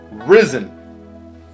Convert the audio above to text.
risen